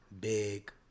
Big